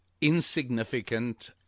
insignificant